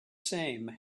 same